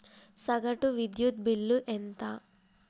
సగటు విద్యుత్ బిల్లు ఎంత?